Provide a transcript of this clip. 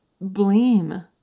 blame